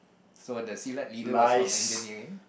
so the silat leader was from engineering